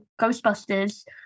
Ghostbusters